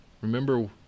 remember